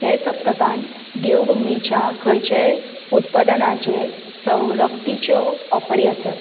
हें सप्तकान देवभुमीच्या खंयचे उत्पदनाचेर सवलतिच्यो ऑफरी आसात